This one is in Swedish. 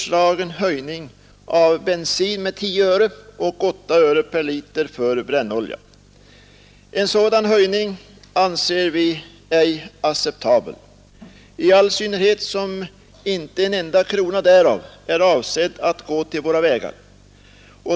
En sådan höjning anser vi inte 30 maj 1972 acceptabel, i all synnerhet som inte en enda krona därav är avsedd att gå ——L — till våra vägar.